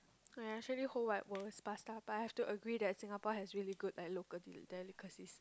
ah ya actually whole wide world is pasta but I have to agree that Singapore has really good like local deli~ delicacies